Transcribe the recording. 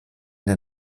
der